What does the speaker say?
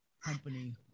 company